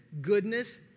goodness